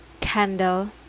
candle